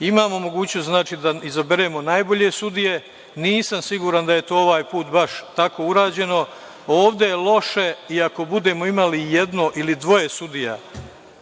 imamo mogućnost da izaberemo najbolje sudije, ali nisam siguran da je to ovaj put baš tako urađeno. Ovde je loše i ako budemo imali jedno ili dvoje sudija